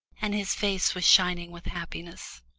and his face was shining with happiness.